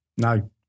No